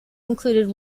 included